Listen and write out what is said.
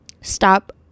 Stop